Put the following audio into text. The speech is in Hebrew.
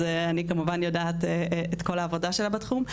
אז אני כמובן יודעת על כל העבודה שלה בתחום.